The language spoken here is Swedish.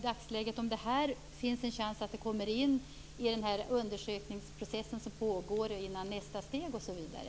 Frågan är om det finns en chans att detta kommer med i den undersökningsprocess som pågår - före nästa steg osv.